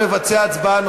אני יודע, יש פה תקלה.